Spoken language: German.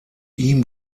ihm